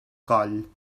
coll